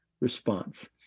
response